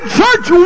church